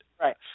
right